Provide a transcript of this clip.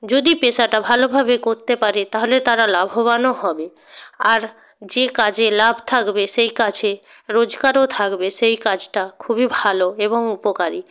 যদি পেশাটা ভালোভাবে করতে পারে তাহলে তারা লাভবানও হবে আর যে কাজে লাভ থাকবে সেই কাছে রোজগারও থাকবে সেই কাজটা খুবই ভালো এবং উপকারী